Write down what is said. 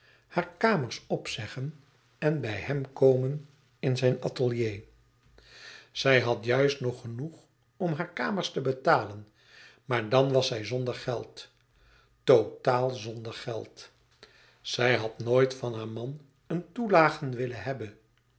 hare kamers opzeggen en bij hem komen in zijn atelier zij had juist nog genoeg om hare kamers te betalen maar dan was zij zonder geld totaal zonder geld zij had nooit van haar man een toelage willen hebben